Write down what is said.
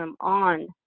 on